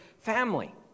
family